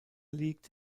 liegt